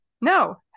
No